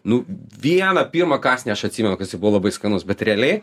nu vieną pirmą kąsnį aš atsimenu kad jisai buvo labai skanus bet realiai